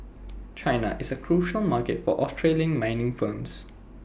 China is A crucial market for Australian mining firms